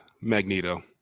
Magneto